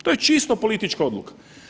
To je čisto politička odluka.